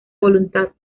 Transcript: voluntad